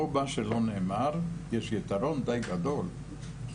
מה שלא נאמר יש יתרון די גדול כי